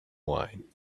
wine